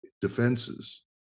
defenses